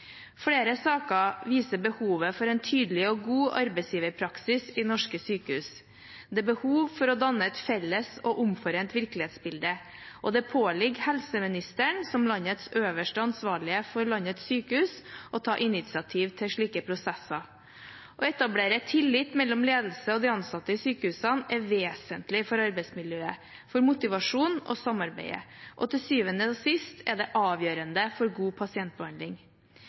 Flere saker viser behovet for en tydelig og god arbeidsgiverpraksis i norske sykehus. Det er behov for å danne et felles og omforent virkelighetsbilde, og det påligger helseministeren, som landets øverste ansvarlige for landets sykehus, å ta initiativ til slike prosesser. Å etablere tillit mellom ledelse og de ansatte i sykehusene er vesentlig for arbeidsmiljøet, for motivasjonen og samarbeidet, og til syvende og sist er det avgjørende for god pasientbehandling.